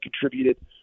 contributed